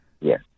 Yes